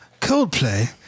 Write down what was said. Coldplay